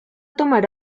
tomar